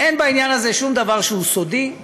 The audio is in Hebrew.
אין בעניין הזה שום דבר שהוא סודי,